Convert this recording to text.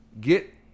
get